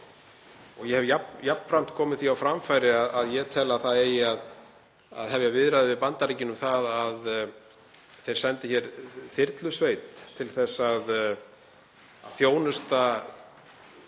og ég hef jafnframt komið því á framfæri að ég tel að það eigi að hefja viðræður við Bandaríkin um að þau sendi þyrlusveit til að þjónusta